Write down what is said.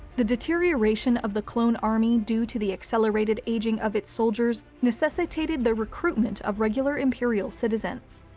the deterioration of the clone army due to the accelerated aging of its soldiers necessitated the recruitment of regular imperial citizens.